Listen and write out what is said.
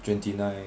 twenty nine